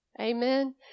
Amen